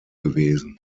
gewesen